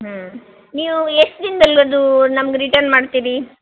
ಹ್ಞೂ ನೀವು ಎಷ್ಟು ದಿನ್ದಲ್ಲಿ ಅದೂ ನಮ್ಗೆ ರಿಟನ್ ಮಾಡ್ತೀರಿ